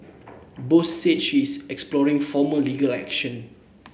Bose said she is exploring formal legal action